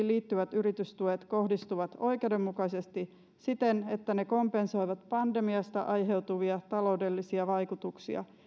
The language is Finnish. liittyvät yritystuet kohdistuvat oikeudenmukaisesti siten että ne kompensoivat pandemiasta aiheutuvia taloudellisia vaikutuksia